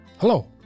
Hello